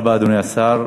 תודה רבה, אדוני השר.